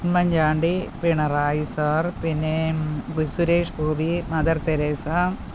Oommen Chandy Pinarayi sir പിന്നെ Suresh Gopi Mother Teresa